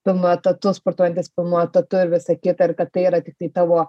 pilnu etatu sportuojantis pilnu etatu ir visa kita ir kad tai yra tiktai tavo